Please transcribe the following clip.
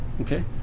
Okay